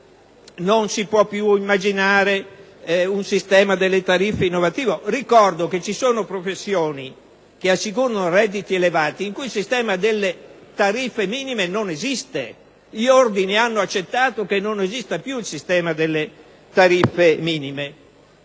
non si può più immaginare un sistema di tariffe innovative. Ricordo che ci sono professioni, che assicurano redditi elevati, in cui il sistema delle tariffe minime non esiste e gli ordini hanno accettato che non esista più il sistema delle tariffe minime.